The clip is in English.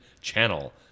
channel